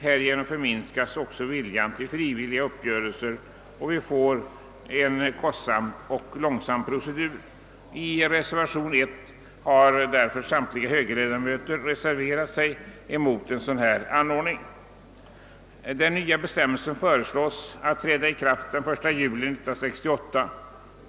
Härigenom minskas också viljan till frivilliga uppgörelser, och vi får en kostsam och långsam procedur. I reservation 1 har därför samtliga högerledamöter reserverat sig mot en sådan anordning. De nya bestämmelserna föreslås träda i kraft den 1 juli 1968.